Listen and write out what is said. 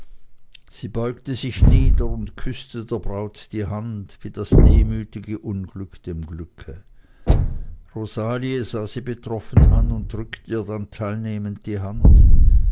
sie beugte sich nieder und küßte der braut die hand wie das demütige unglück dem glücke rosalie sah sie betroffen an und drückte ihr dann teilnehmend die hand